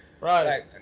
Right